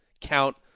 count